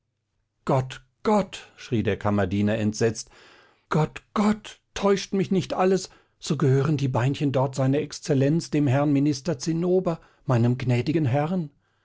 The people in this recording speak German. gott gott schrie der kammerdiener entsetzt gott gott täuscht mich nicht alles so gehören die beinchen dort sr exzellenz dem herrn minister zinnober meinem gnädigen herrn